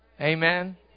Amen